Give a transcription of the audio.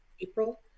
april